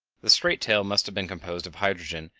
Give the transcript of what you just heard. the straight tail must have been composed of hydrogen,